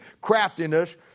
craftiness